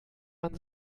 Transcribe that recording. man